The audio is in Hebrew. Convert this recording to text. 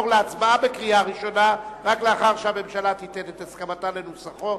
להצבעה בקריאה ראשונה רק לאחר שהממשלה תיתן את הסכמתה לנוסחו,